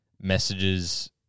messages